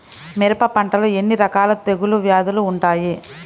మిరప పంటలో ఎన్ని రకాల తెగులు వ్యాధులు వుంటాయి?